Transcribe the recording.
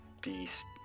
Beast